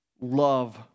love